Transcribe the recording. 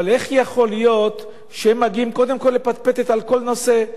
אבל איך יכול להיות שהם מגיעים קודם כול לפטפטת על כל נושא?